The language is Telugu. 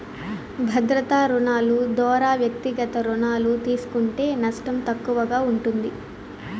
భద్రతా రుణాలు దోరా వ్యక్తిగత రుణాలు తీస్కుంటే నష్టం తక్కువగా ఉంటుంది